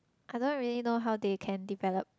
I don't really know how they can develop